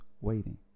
waiting